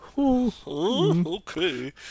Okay